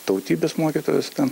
tautybės mokytojos ten